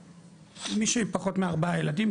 מי שהיא פחות מארבעה ילדים,